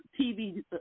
TV